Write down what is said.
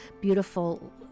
beautiful